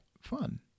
Fun